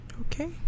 Okay